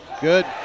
Good